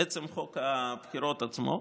עצם חוק הבחירות עצמו,